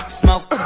smoke